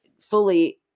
fully